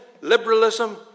liberalism